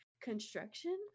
construction